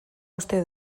uste